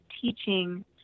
teaching